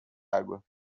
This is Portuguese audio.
água